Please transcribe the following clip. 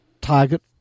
target